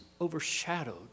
overshadowed